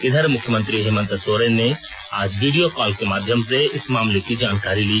इधर मुख्यमंत्री हेमंत सोरेन ने आज वीडियो कॉल के माध्यम से इस मामले की जानकारी ली